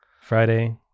Friday